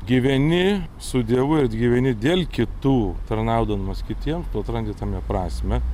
gyveni su dievu ir gyveni dėl kitų tarnaudamas kitiem tu atrandi tame prasmę